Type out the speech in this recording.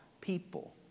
people